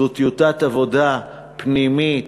זו טיוטת עבודה פנימית,